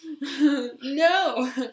No